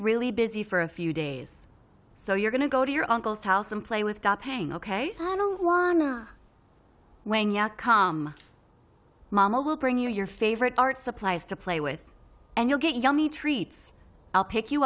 really busy for a few days so you're going to go to your uncle's house and play with pain ok i don't wanna when ya come mama will bring you your favorite art supplies to play with and you'll get yummy treats i'll pick you